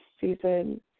season